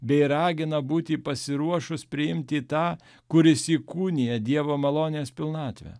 bei ragina būti pasiruošus priimti tą kuris įkūnija dievo malonės pilnatvę